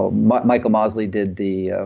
ah my michael mosley did the. ah